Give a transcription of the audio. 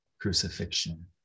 crucifixion